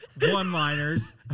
One-liners